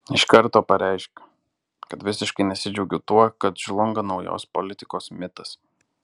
iš karto pareiškiu kad visiškai nesidžiaugiu tuo kad žlunga naujos politikos mitas